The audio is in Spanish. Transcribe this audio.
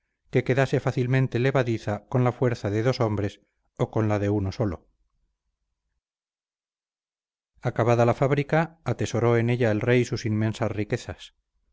que quedase fácilmente levadiza con la fuerza de dos hombres o con la de uno solo acabada la fábrica atesoró en ella el rey sus inmensas riquezas